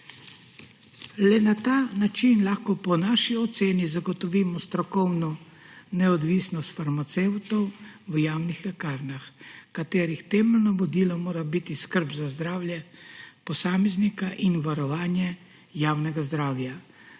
Le na ta način lahko po naši oceni zagotovimo strokovno neodvisnost farmacevtov v javnih lekarnah, katerih temeljno vodilo mora biti skrb za zdravje posameznika in varovanje javnega zdravja.